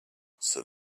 said